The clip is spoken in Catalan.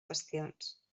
qüestions